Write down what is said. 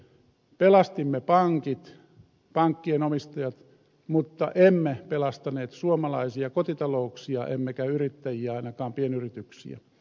pelastimme pankit pankkien omistajat mutta emme pelastaneet suomalaisia kotitalouksia emmekä yrittäjiä ainakaan pienyrityksiä